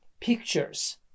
pictures